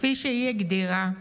כפי שהיא הגדירה,